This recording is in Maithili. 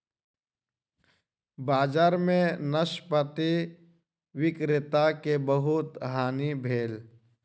बजार में नाशपाती विक्रेता के बहुत हानि भेल